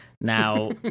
now